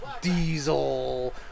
diesel